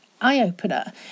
eye-opener